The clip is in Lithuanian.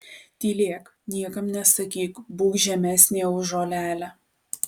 tylėk niekam nesakyk būk žemesnė už žolelę